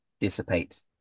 dissipate